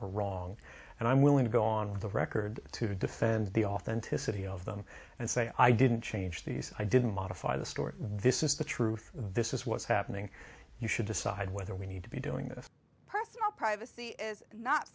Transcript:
or wrong and i'm willing to go on the record to defend the authenticity of them and say i didn't change these i didn't modify the story this is the truth this is what's happening you should decide whether we need to be doing this privacy is not